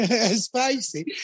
Spicy